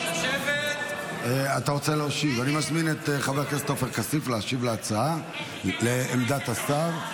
אני מזמין את חבר הכנסת עופר כסיף להשיב על עמדת השר.